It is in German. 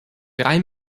drei